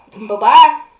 Bye-bye